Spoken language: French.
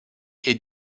est